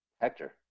Hector